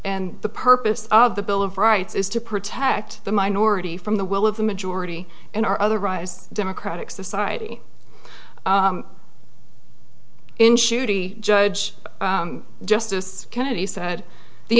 and the purpose of the bill of rights is to protect the minority from the will of the majority in our otherwise democratic society in shooty judge justice kennedy said the